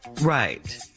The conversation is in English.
Right